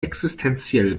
existenziell